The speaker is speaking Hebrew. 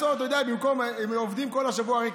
הם עובדים הרי קשה כל השבוע,